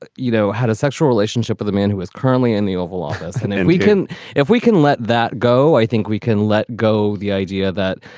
but you know, had a sexual relationship with a man who is currently in the oval office. and and we can if we can let that go i think we can let go the idea that,